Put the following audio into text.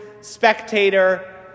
spectator